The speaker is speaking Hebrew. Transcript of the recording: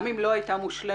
גם אם לא הייתה מושלמת,